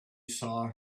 saw